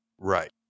Right